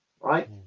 right